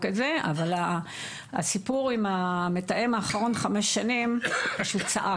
את זה אבל הסיפור עם המתאם האחרון חמש שנים שצעק.